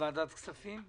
לוועדת הכספים?